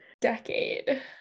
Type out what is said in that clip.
decade